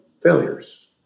failures